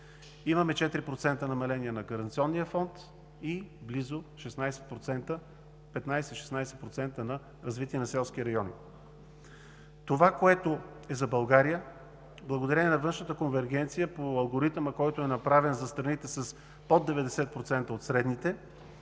имаме 4% намаление на Гаранционния фонд и 15 – 16% на Развитие на селските райони. Това, което е за България. Благодарение на външната конвергенция по алгоритъма, който е направен за страните с под 90% от средните,